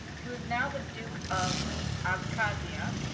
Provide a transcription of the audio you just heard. who is now the duke of abkhazia